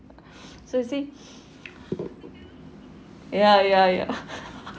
so you see ya ya ya